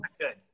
good